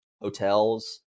hotels